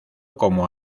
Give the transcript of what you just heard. como